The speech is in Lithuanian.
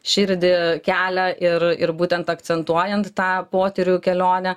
širdį kelią ir ir būtent akcentuojant tą potyrių kelionę